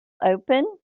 open